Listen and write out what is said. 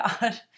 God